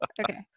Okay